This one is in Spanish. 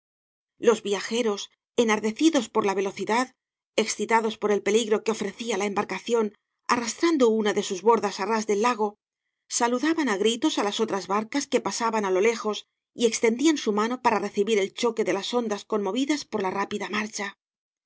los viajeros enardecidos por la velocidad excitados por el peligro que ofrecía la embarcación arrastrando una de sus bordas á ras del lago saludaban á gri tos á las otras barcas que pasaban á lo lejos y extendían su mano para recibir el choque de las ondas conmovidas por la rápida marcha